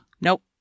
Nope